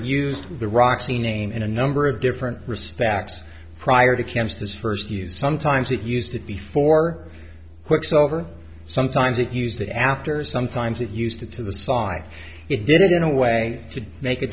used the roxy name in a number of different respects prior to kim's this first use sometimes it used to be for quicksilver sometimes it used to after sometimes it used to the sly it did it in a way to make a